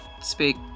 speak